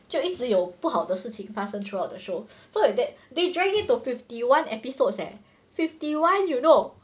就一直有不好的事情发生 throughout the show so like that they dragged it to fifty one episodes eh fifty one you know